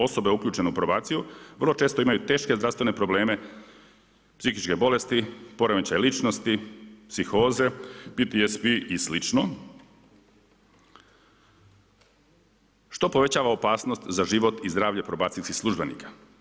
Osobe uključene u probaciju vrlo često imaju teške zdravstvene probleme, psihičke bolesti, poremećaj ličnosti, psihoze, PTSP i slično što povećava opasnost za život i zdravlje probacijskih službenika.